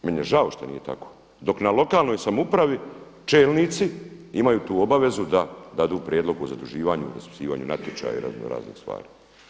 Meni je žao što nije tako dok na lokalnoj samoupravi čelnici imaju tu obavezu da daju prijedlog o zaduživanju i raspisivanju natječaja i razno raznih stvari.